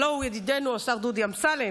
הלוא הוא ידידנו השר דודי אמסלם,